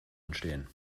entstehen